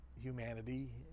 humanity